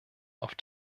auf